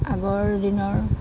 আগৰ দিনৰ